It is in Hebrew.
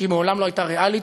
שהיא מעולם לא הייתה ריאלית,